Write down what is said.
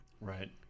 right